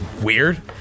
weird